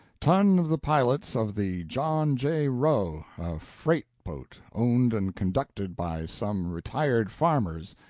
tonne of the pilots of the john j. roe, a freight-boat, owned and conducted by some retired farmers,